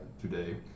today